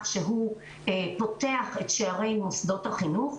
שהוא פותח את שערי מוסדות החינוך.